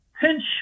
pinch